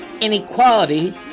inequality